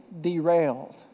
derailed